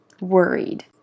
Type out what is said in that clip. worried